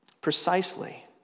Precisely